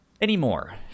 anymore